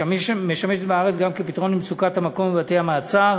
משמשת בארץ גם כפתרון למצוקת המקום בבתי-המעצר